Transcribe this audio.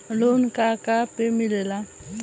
Loan का का पे मिलेला?